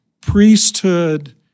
Priesthood